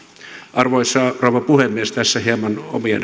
arvoisa rouva puhemies tässä hieman omia